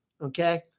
Okay